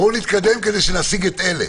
בואו נתקדם כדי שנשיג את אלה.